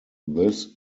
this